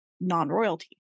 non-royalty